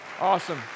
Awesome